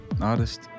artist